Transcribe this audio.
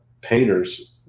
painters